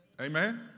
Amen